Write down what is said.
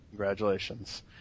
Congratulations